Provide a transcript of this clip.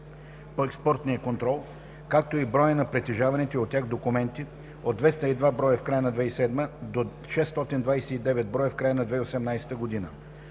по експортния контрол, както и броя на притежаваните от тях документи – от 202 броя в края на 2007 г. до 629 броя в края на 2018 г.